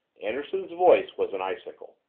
anderson's voice was an icicle.